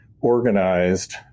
organized